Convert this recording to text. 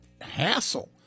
hassle